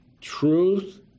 truth